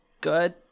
good